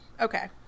Okay